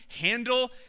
handle